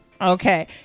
Okay